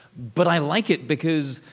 but i like it because,